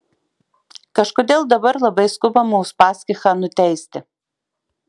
kažkodėl dabar labai skubama uspaskichą nuteisti